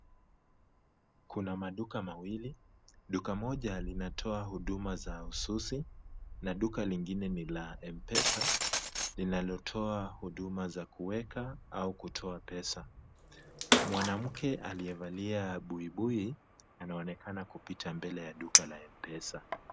Kuna maduka mawili. Duka moja linatoa huduma za ususi na duka lingine ni la mpesa, linalotoa huduma za kuweka au kutoa pesa. Mwanamke aliyevalia buibui, anaonekana kupita mbele ya duka la mpesa.